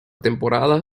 temporada